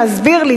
להסביר לי,